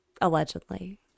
allegedly